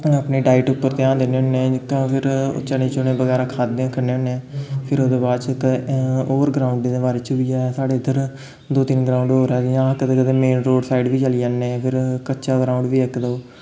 अपनी डाइट उप्पर ध्यान दिन्ने होन्नें जेह्का फिर ओह् चने चुने बगैरा खाद्धे खन्ने होन्ने आं फिर ओह्दे बाद च होर ग्राउंडें दे बारे च बी ऐ साढ़े इद्धर दो तिन्न ग्राउंड होर ऐ जि'यां कदें कदें मेन रोड साइड बी चली जन्नें फिर कच्चा ग्राउंड बी ऐ इक दो